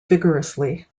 vigorously